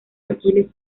aquiles